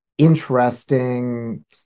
interesting